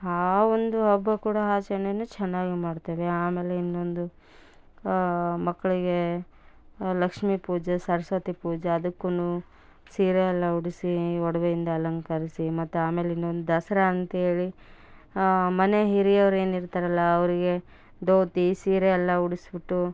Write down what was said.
ಆವೊಂದು ಹಬ್ಬ ಕೂಡ ಆಚರ್ಣೆ ಚೆನ್ನಾಗಿ ಮಾಡ್ತೇವೆ ಆಮೇಲೆ ಇನ್ನೊಂದು ಮಕ್ಳಿಗೆ ಲಕ್ಷ್ಮಿ ಪೂಜೆ ಸರಸ್ವತಿ ಪೂಜೆ ಅದಕ್ಕೂ ಸೀರೆಯೆಲ್ಲ ಉಡಿಸಿ ಒಡವೆಯಿಂದ ಅಲಂಕರಿಸಿ ಮತ್ತು ಆಮೇಲೆ ಇನ್ನೊಂದು ದಸರಾ ಅಂತೇಳಿ ಮನೆ ಹಿರಿಯವರು ಏನು ಇರ್ತಾರಲ್ಲ ಅವರಿಗೆ ಧೋತಿ ಸೀರೆಯೆಲ್ಲ ಉಡಿಸ್ಬುಟ್ಟು